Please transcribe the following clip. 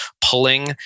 pulling